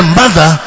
mother